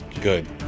Good